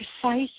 precise